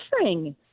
suffering